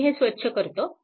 मी हे स्वच्छ करतो